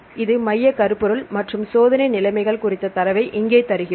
இது மைய கருப்பொருள் மற்றும் சோதனை நிலைமைகள் குறித்த தரவை இங்கே தருகிறோம்